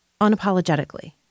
unapologetically